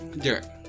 Derek